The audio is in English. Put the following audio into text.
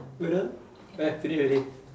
we're done eh finish already